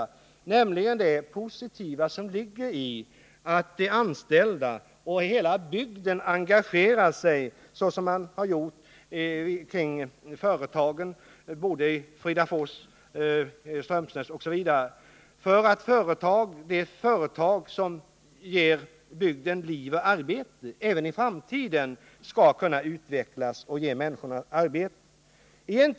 Jag syftar på det positiva i att de anställda och hela bygden engagerar sig så som man har gjort kring företagen i Fridafors, Strömsnäs osv.. för att de företag som ger bygden liv och arbete även i framtiden skall utvecklas och kunna ge människorna arbete.